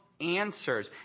answers